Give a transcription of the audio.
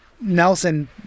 nelson